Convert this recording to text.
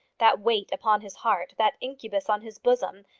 that weight upon his heart, that incubus on his bosom,